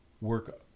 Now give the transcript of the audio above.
work